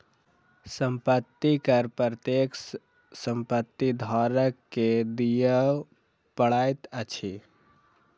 संपत्ति कर प्रत्येक संपत्ति धारक के दिअ पड़ैत अछि